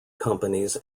companies